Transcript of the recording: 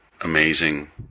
amazing